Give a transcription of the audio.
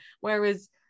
Whereas